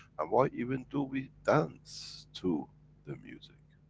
and why even do we dance to the music?